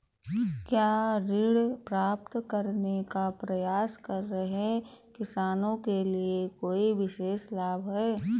क्या ऋण प्राप्त करने का प्रयास कर रहे किसानों के लिए कोई विशेष लाभ हैं?